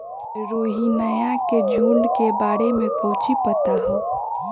रोहिनया के झुंड के बारे में कौची पता हाउ?